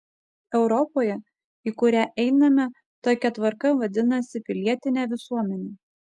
europoje į kurią einame tokia tvarka vadinasi pilietine visuomene